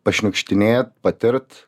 pašniukštinėt patirt